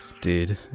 Dude